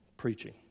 Preaching